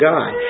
God